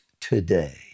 today